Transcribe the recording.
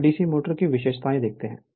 अब DC motors की विशेषता देखते हैं